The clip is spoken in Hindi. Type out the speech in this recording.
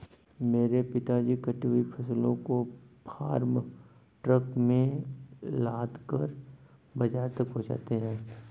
मेरे पिताजी कटी हुई फसलों को फार्म ट्रक में लादकर बाजार तक पहुंचाते हैं